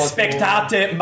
Spectate